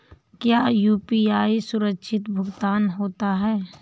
क्या यू.पी.आई सुरक्षित भुगतान होता है?